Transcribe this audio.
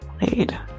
played